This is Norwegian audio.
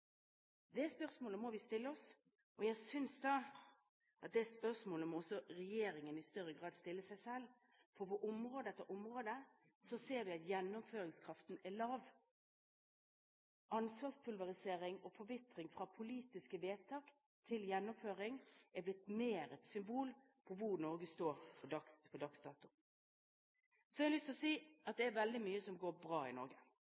Det spørsmålet må vi stille oss, og jeg synes at det spørsmålet må også regjeringen i større grad stille seg selv. For på område etter område ser vi at gjennomføringskraften er lav. Ansvarspulverisering og forvitring fra politiske vedtak til gjennomføring er blitt mer et symbol på hvor Norge står per dags dato. Så har jeg lyst til å si at det er veldig mye som går bra i Norge,